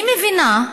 אני מבינה,